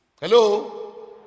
Hello